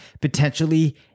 potentially